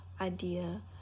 idea